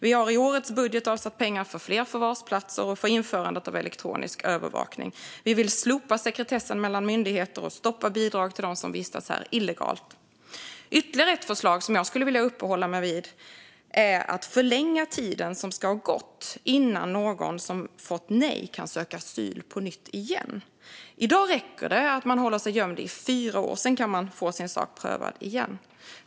Vi har i årets budget avsatt pengar för fler förvarsplatser och för införandet av elektronisk övervakning. Vi vill slopa sekretessen mellan myndigheter och stoppa bidrag till dem som vistas här illegalt. Ytterligare ett förslag som jag skulle vilja uppehålla mig vid är att förlänga tiden som ska ha gått innan någon som fått nej kan söka asyl på nytt. I dag räcker det att hålla sig gömd i fyra år - sedan kan man få sin sak prövad igen.